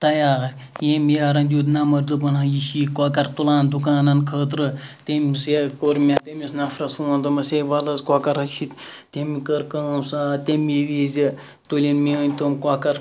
تَیار یٔمۍ یارَن دیُت نَمبَر دوٚپُن ہَہ یہِ چھُے کۄکَر تُلان دُکانَن خٲطرٕ تٔمۍسی یہَ کوٚر مےٚ تمِس نَفرَس فون دوٚپمَس ہے وَل حظ کۄکَر حظ چھی تٔمۍ کٔر کٲم سُہ آو تمے وِزِ تُلٕنۍ میٲنۍ تِم کۄکَر